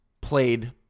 played